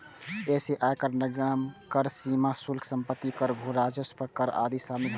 अय मे आयकर, निगम कर, सीमा शुल्क, संपत्ति कर, भू राजस्व पर कर आदि शामिल होइ छै